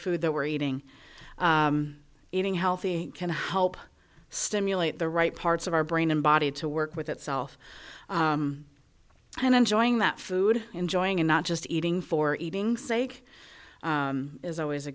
food that we're eating eating healthy can help stimulate the right parts of our brain and body to work with itself and enjoying that food enjoying and not just eating for eating sake is always a